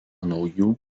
naujų